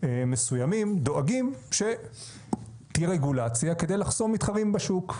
מסוימים דואגים שתהיה רגולציה כדי לחסום מתחמים בשוק.